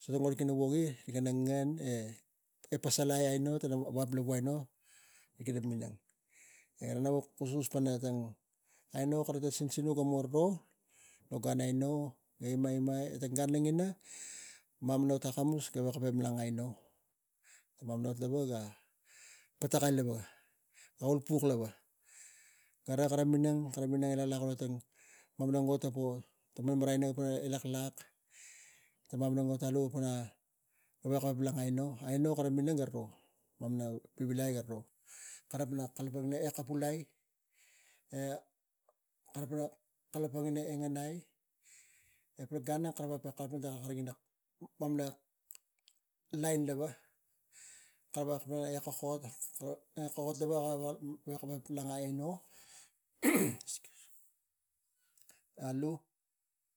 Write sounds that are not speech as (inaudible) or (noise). so tang ot rik ken wogi ina ngen e tang, e pasalai aino ina tang vap lavu ina minang. Ena wuk kuskus panatang, aino kara tang sinsinuk aino gamon ro, aino ega imaima tang gan logina, mamana ot akamus gavek ga malang aino. Mamana o lava ga patakai lava, ga ulpuk lava gara kara minang elaklak, kula tang mamana ot ga lak, marmarai ina wua ga po lak. Tang mamana ot alu gavek ka malang aino gara kara minang garo mamana vivilai garo, kara minang akuvulai, (hesitation) ekara veka kalapang ina e ngenai. Etang, gan ang kara veko kalapang ina kara lain lava, kara kokog, gavek ka malang aino. (noise)